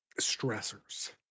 stressors